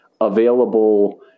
available